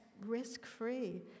risk-free